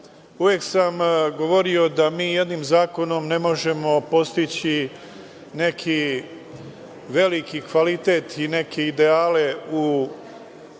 Uvek sam govorio da mi jednim zakonom ne možemo postići neki veliki kvalitet i neke ideale na